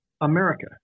America